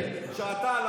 ואתה,